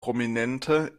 prominente